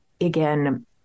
again